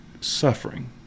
Suffering